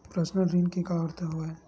Personal ऋण के का अर्थ हवय?